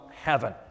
heaven